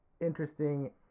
interesting